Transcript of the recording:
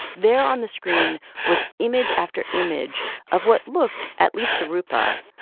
there on the screen was image after image of what looked, at least to roopa,